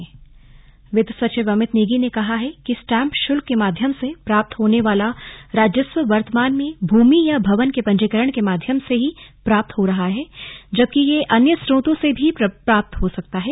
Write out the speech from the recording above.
slug वित्त सचिव वित्त सचिव अमित नेगी ने कहा है कि स्टाम्प शुल्क के माध्यम से प्राप्त होने वाला राजस्व वर्तमान में भूमि या भवन के पंजीकरण के माध्यम से ही प्राप्त हो रहा है जबकि यह अन्य स्त्रोतों से भी प्राप्त हो सकता हैं